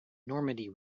normandy